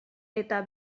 eta